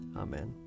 Amen